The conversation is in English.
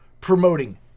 promoting